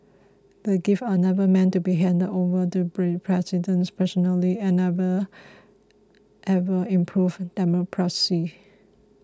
the gifts are never meant to be handed over to President personally and never ever improved diplomacy